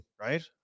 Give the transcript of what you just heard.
Right